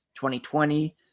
2020